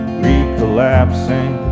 recollapsing